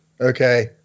okay